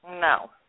No